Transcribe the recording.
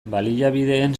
baliabideen